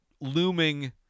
looming